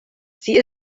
sie